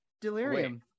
Delirium